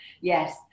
Yes